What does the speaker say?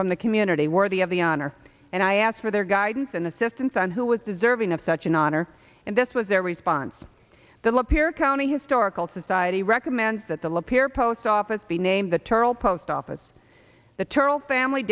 from the community worthy of the honor and i asked for their guidance and assistance on who was deserving of such an honor and this was their response the lapeer a county historical society recommends that the lapeer post office being named the turtle post office the turtle family